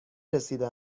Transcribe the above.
رسیده